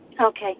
Okay